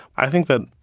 i think that,